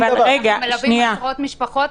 אנחנו מלווים עשרות משפחות.